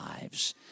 lives